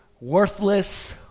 Worthless